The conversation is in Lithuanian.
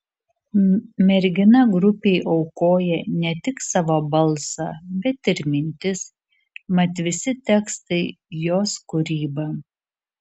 mergina grupei aukoja ne tik savo balsą bet ir mintis mat visi tekstai jos kūryba